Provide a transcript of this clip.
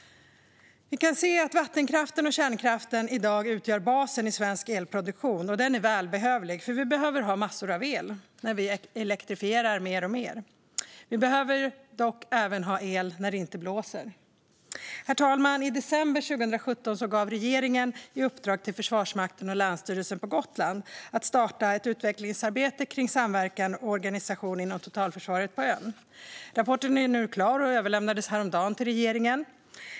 Vattenkraften och kärnkraften utgör i dag basen i svensk elproduktion. Dessa behövs, för vi behöver massor av el när vi elektrifierar mer och mer, även när det inte blåser. Herr talman! I december 2017 gav regeringen i uppdrag till Försvarsmakten och Länsstyrelsen Gotland att starta ett utvecklingsarbete för samverkan och organisation inom totalförsvaret på ön. Rapporten är nu klar och överlämnad till regeringen.